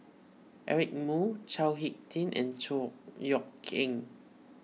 Eric Moo Chao Hick Tin and Chor Yeok Eng